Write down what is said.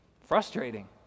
frustrating